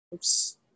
Oops